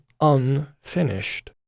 unfinished